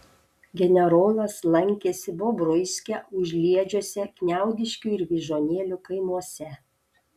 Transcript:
generolas lankėsi bobruiske užliedžiuose kniaudiškių ir vyžuonėlių kaimuose